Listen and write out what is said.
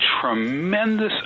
tremendous